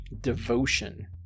devotion